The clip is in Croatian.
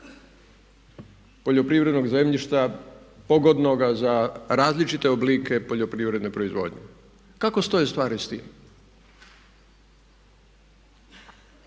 poljoprivrednog zemljišta pogodnoga za različite oblike poljoprivredne proizvodnje. Kako stoje stvari s time?